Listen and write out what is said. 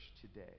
today